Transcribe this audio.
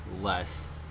less